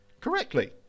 correctly